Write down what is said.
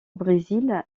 brésil